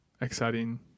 exciting